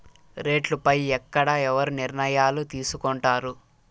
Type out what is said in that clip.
రేట్లు పై ఎక్కడ ఎవరు నిర్ణయాలు తీసుకొంటారు?